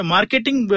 Marketing